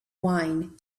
wine